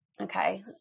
okay